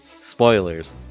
Spoilers